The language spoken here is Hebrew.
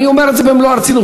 אני אומר את זה במלוא הרצינות,